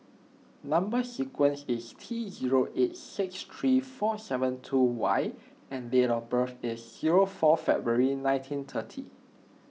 Number Sequence is T zero eight six three four seven two Y and date of birth is zero four February nineteen thirty